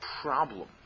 problem